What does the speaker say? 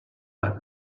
per